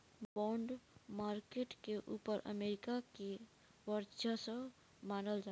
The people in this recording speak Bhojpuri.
बॉन्ड मार्केट के ऊपर अमेरिका के वर्चस्व मानल जाला